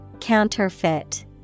Counterfeit